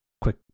quick